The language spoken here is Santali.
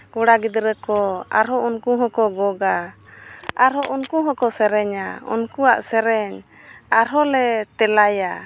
ᱠᱚᱲᱟ ᱜᱤᱫᱽᱨᱟᱹ ᱠᱚ ᱟᱨ ᱦᱚᱸ ᱩᱱᱠᱩ ᱦᱚᱸ ᱠᱚ ᱜᱚᱜᱟ ᱟᱨ ᱦᱚᱸ ᱩᱱᱠᱩ ᱦᱚᱸᱠᱚ ᱥᱮᱨᱮᱧᱟ ᱩᱱᱠᱩᱣᱟᱜ ᱥᱮᱨᱮᱧ ᱟᱨ ᱦᱚᱸ ᱞᱮ ᱛᱮᱞᱟᱭᱟ